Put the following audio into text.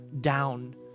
down